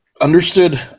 Understood